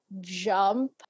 jump